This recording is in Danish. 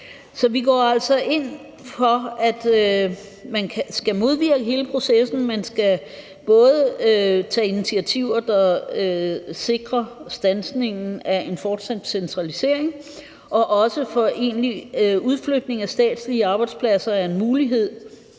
Så vi går altså ind for, at man skal modvirke hele processen. Man skal både tage initiativer, der sikrer standsningen af en fortsat centralisering, og at en egentlig udflytning af statslige arbejdspladser er en mulighed,